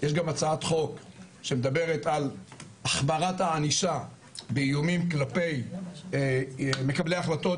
יש גם הצעת חוק שמדברת על החמרת הענישה באיומים כלפי מקבלי החלטות,